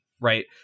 right